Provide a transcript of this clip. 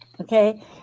okay